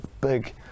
big